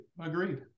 Agreed